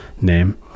name